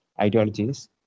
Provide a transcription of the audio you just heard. ideologies